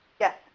yes